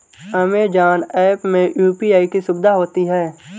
Amazon app में UPI की सुविधा होती है